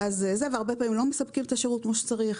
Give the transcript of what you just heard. והרבה פעמים לא מספקים את השירות כמו שצריך,